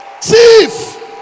chief